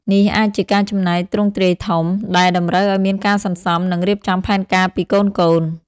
នេះអាចជាការចំណាយទ្រង់ទ្រាយធំ ដែលតម្រូវឱ្យមានការសន្សំ និងរៀបចំផែនការពីកូនៗ។